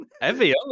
Heavy